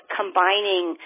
combining